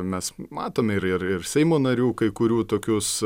mes matome ir ir ir seimo narių kai kurių tokius